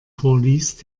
vorliest